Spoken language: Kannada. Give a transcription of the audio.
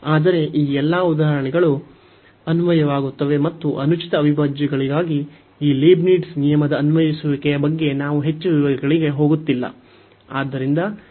ಆದರೆ ಈ ಎಲ್ಲಾ ಉದಾಹರಣೆಗಳು ಅನ್ವಯವಾಗುತ್ತವೆ ಮತ್ತು ಅನುಚಿತ ಅವಿಭಾಜ್ಯಗಳಿಗಾಗಿ ಈ ಲೀಬ್ನಿಟ್ಜ್ ನಿಯಮದ ಅನ್ವಯಿಸುವಿಕೆಯ ಬಗ್ಗೆ ನಾವು ಹೆಚ್ಚು ವಿವರಗಳಿಗೆ ಹೋಗುತ್ತಿಲ್ಲ